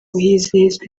hizihizwa